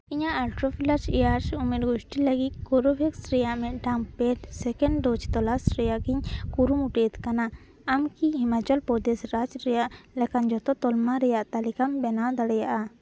ᱤᱧᱟᱹᱜ ᱟᱴᱷᱨᱚ plus years ᱩᱢᱮᱨ ᱜᱳᱥᱴᱤ ᱞᱟᱹᱜᱤᱫ ᱠᱨᱳ ᱵᱷᱮᱠᱥ ᱨᱮᱭᱟᱜ ᱢᱤᱫᱴᱟᱝ ᱯᱮᱰ ᱥᱮᱠᱮᱱᱰ ᱰᱳᱥ ᱛᱚᱞᱟᱥ ᱨᱮᱭᱟᱜ ᱤᱧ ᱠᱩᱨᱩᱢᱩᱴᱩᱭᱮᱫ ᱠᱟᱱᱟ ᱟᱢᱠᱤ ᱦᱤᱢᱟᱪᱚᱞ ᱯᱨᱚᱫᱮᱥ ᱨᱟᱡᱽ ᱨᱮᱭᱟᱜ ᱞᱮᱠᱟᱱ ᱡᱚᱛᱚ ᱛᱟᱞᱢᱟ ᱨᱮᱭᱟᱜ ᱛᱟᱹᱞᱤᱠᱟᱢ ᱵᱮᱱᱟᱣ ᱫᱟᱤᱭᱟᱜᱼᱟ